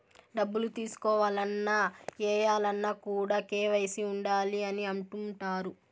డబ్బులు తీసుకోవాలన్న, ఏయాలన్న కూడా కేవైసీ ఉండాలి అని అంటుంటారు